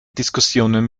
diskussionen